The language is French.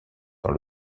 dans